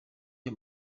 aya